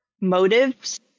motives